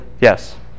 Yes